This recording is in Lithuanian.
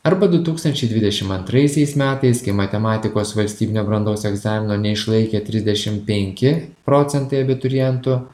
arba du tūkstančiai dvidešim antraisiais metais kai matematikos valstybinio brandos egzamino neišlaikė trisdešim penki procentai abiturientų